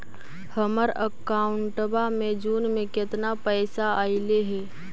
हमर अकाउँटवा मे जून में केतना पैसा अईले हे?